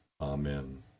Amen